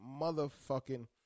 motherfucking